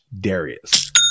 Darius